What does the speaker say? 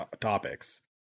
topics